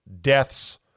deaths